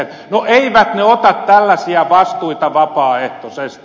no eivät ne ota tällaisia vastuita vapaaehtoisesti